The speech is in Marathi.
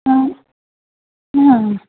हं हं